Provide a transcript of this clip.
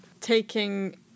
taking